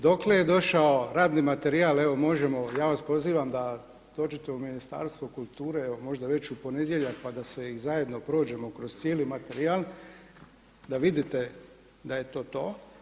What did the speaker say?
Dokle je došao radni materijal, evo možemo, ja vas pozivam da dođete u Ministarstvo kulture, evo možda već u ponedjeljak, pa da i zajedno prođemo kroz cijeli materijal, da vidite da je to to.